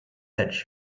hedge